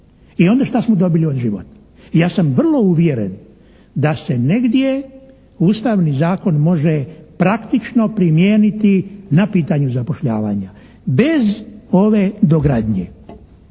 se ne razumije./ … Ja sam vrlo uvjeren da se negdje Ustavni zakon može praktično primijeniti na pitanju zapošljavanja bez ove dogradnje.